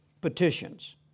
petitions